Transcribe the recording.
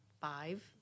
five